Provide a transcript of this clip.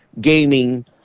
gaming